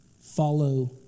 follow